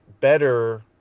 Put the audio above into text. better